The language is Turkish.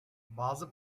bazı